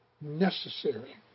necessary